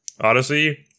Odyssey